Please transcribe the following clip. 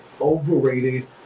overrated